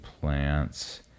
plants